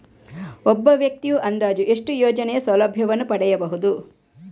ಒಬ್ಬ ವ್ಯಕ್ತಿಯು ಅಂದಾಜು ಎಷ್ಟು ಯೋಜನೆಯ ಸೌಲಭ್ಯವನ್ನು ಪಡೆಯಬಹುದು?